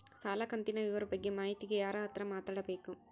ಸಾಲ ಕಂತಿನ ವಿವರ ಬಗ್ಗೆ ಮಾಹಿತಿಗೆ ಯಾರ ಹತ್ರ ಮಾತಾಡಬೇಕು?